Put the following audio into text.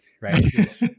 right